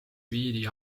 viidi